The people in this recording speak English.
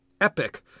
epic